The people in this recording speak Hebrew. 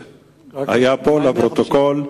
לפרוטוקול.